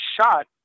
shot